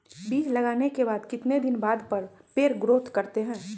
बीज लगाने के बाद कितने दिन बाद पर पेड़ ग्रोथ करते हैं?